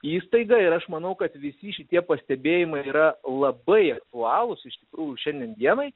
įstaigą ir aš manau kad visi šitie pastebėjimai yra labai aktualūs iš tikrųjų šiandien dienai